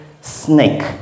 snake